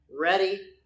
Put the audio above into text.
ready